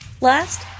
Last